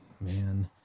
man